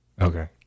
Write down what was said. okay